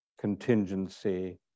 contingency